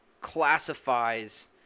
classifies